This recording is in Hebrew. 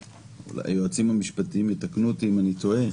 היועצים המשפטיים יתקנו אותי אם אני טועה,